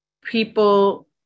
people